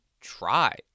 try